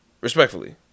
Respectfully